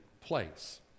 place